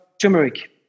turmeric